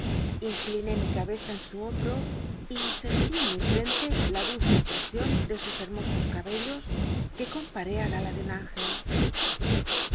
incliné mi cabeza en su hombro y sentí en mi frente la dulce impresion d l sus hermosos cabellos que comparé al tia de un ángel